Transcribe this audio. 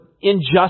injustice